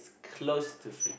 close to free